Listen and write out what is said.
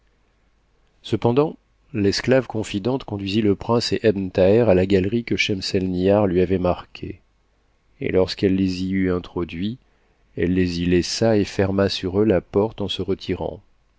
cependant l'esclave confidente conduisit le prince et ebn thaher à la galerie que schemselnihar lui avait marquée et lorsqu'elle les y eut introduits elle les y laissa et ferma sur eux la porte en se retirant